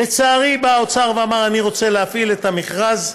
לצערי, בא האוצר ואמר: אני רוצה להפעיל את המכרז,